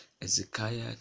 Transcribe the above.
Ezekiah